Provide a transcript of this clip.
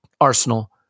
Arsenal